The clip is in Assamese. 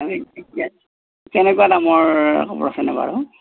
কেনেকুৱা দামৰ কাপোৰ আছেনো বাৰু